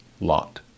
Lot